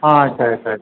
ಹಾಂ ಸರಿ ಸರಿ